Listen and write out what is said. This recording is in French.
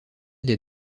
des